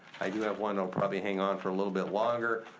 i do have one that'll probably hang on for a little bit longer.